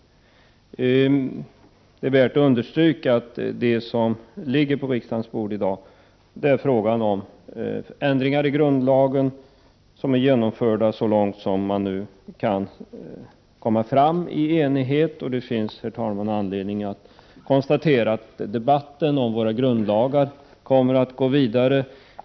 Det är emellertid värt att understryka att den handling som i dag ligger på riksdagens bord innehåller grundlagsändringar som så långt har varit möjligt gjorts i enighet. Det finns, herr talman, anledning att konstatera att debatten om våra grundlagar kommer att fortsätta.